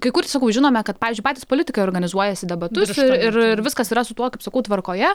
kai kur sakau žinome kad pavyzdžiui patys politikai organizuojasi debatus ir ir viskas yra su tuo kaip sakau tvarkoje